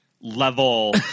level